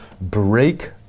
break